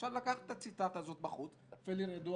אפשר לקחת את הציטטה הזאת בחוץ פלר ידוע